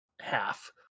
half